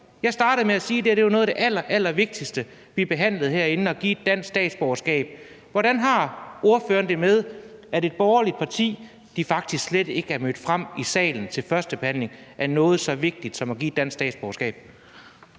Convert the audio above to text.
Jeg startede med at sige, at det her var noget af det allerallervigtigste, vi behandler herinde, altså at give dansk statsborgerskab. Hvordan har ordføreren det med, at et borgerligt parti faktisk slet ikke er mødt frem i salen til første behandling af noget så vigtigt som at give dansk statsborgerskab?